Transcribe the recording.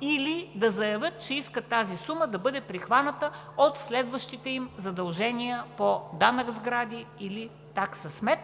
или да заявят, че искат тази сума да бъде прихваната от следващите им задължения по данък сгради или такса смет.